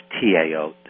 T-A-O